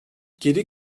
geri